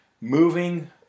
moving